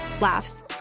Laughs